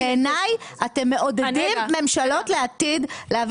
בעיניי אתם מעודדים ממשלות לעתיד להביא